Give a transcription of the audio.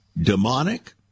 demonic